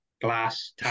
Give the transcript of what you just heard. glass